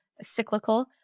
cyclical